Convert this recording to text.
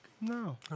No